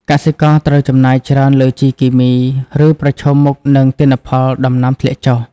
កសិករត្រូវចំណាយច្រើនលើជីគីមី ឬប្រឈមមុខនឹងទិន្នផលដំណាំធ្លាក់ចុះ។